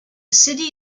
city